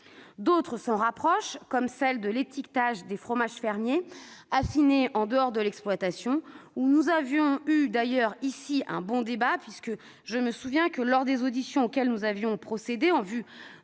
D'autres s'en rapprochent, comme celle de l'étiquetage des fromages fermiers affinés en dehors de l'exploitation. Nous avions d'ailleurs eu ici un bon débat, puisque, je m'en souviens, lors des auditions auxquelles nous avions procédé en vue